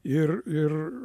ir ir